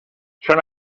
són